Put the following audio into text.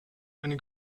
eine